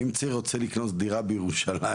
ואם צעיר רוצה לקנות דירה בירושלים,